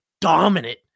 dominant